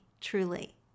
truly